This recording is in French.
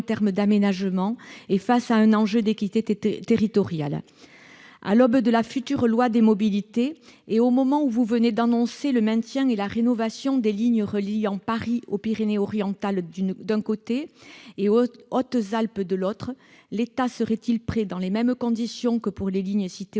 termes d'aménagement et face à un enjeu d'équité territoriale. À l'aube du projet de loi sur les mobilités, et au moment où vous venez d'annoncer le maintien et la rénovation des lignes reliant Paris aux Pyrénées-Orientales, d'un côté, et aux Hautes-Alpes de l'autre, l'État serait-il prêt à améliorer, dans les mêmes conditions, la desserte